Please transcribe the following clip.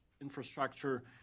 infrastructure